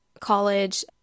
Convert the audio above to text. college